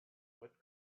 what